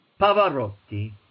Pavarotti